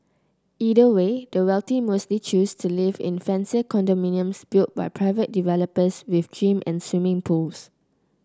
either way the wealthy mostly choose to live in fancier condominiums built by private developers with gyms and swimming pools